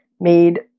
made